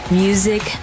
music